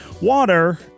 Water